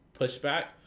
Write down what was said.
pushback